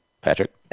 Patrick